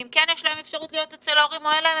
ואם כן יש להם אפשרות להיות אצל ההורים או לא?